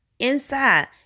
inside